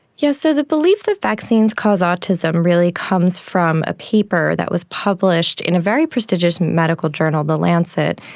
yes, so the belief that vaccines cause autism really comes from a paper that was published in a very prestigious medical journal, the lancet,